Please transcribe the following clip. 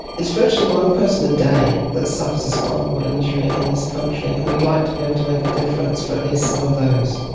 it's virtually one person a day that suffers a spinal cord injury in this country, and we would like to be able to make a difference for at least some of those.